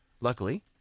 luckily